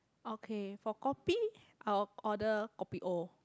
okay for kopi I'll order kopi O